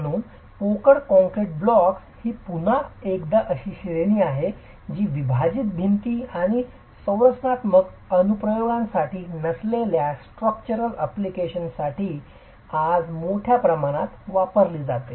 म्हणून पोकळ concrete block ही पुन्हा एकदा अशी श्रेणी आहे जी विभाजन भिंती आणि संरचनात्मक अनुप्रयोगांसाठी नसलेल्या स्ट्रक्चरल अप्लिकेशन्ससाठी आज मोठ्या प्रमाणात वापरली जाते